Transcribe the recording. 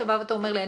אתה בא ואומר לי,